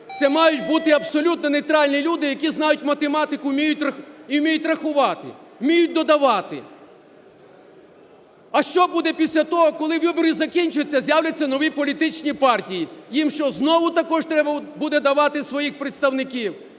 Це мають бути абсолютно нейтральні люди, які знають математику і вміють рахувати. Вміють додавати. А що буде після того, коли вибори закінчаться, з'являться нові політичні партії? Їм що, знову також треба буде давати своїх представників?